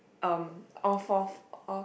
um all fourth all